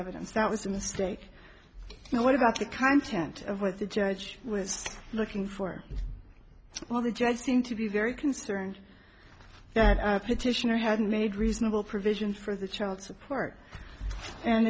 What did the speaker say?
evidence that was a mistake now what about the content of what the judge was looking for well the judge seemed to be very concerned that petitioner had made reasonable provision for the child support and